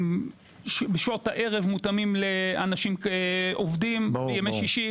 בשעות הערב מותאמים לאנשים עובדים, בימי שיש.